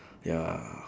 ya